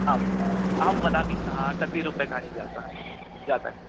आम् अहं वदामि व कति रूप्यकाणि जातः जातम्